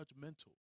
judgmental